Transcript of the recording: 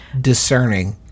discerning